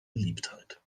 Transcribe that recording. beliebtheit